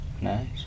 Nice